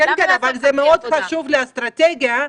אני רוצה לדבר על האסטרטגיה,